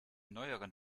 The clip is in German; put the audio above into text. neueren